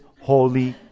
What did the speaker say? holy